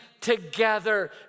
together